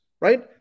right